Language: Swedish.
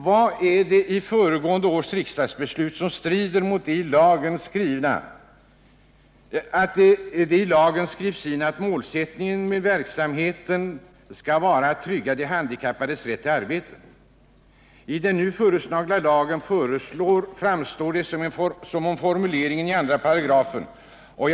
Vad är det i föregående års riksdagsbeslut som strider mot att det i lagen skrivsin att verksamhetens mål skall vara att trygga de handikappades rätt till arbete? I den nu föreslagna lagen verkar det som om formuleringen i 2 § uttrycker verksamhetens mål.